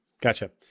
Gotcha